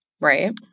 Right